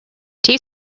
tea